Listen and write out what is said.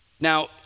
Now